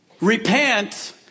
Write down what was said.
repent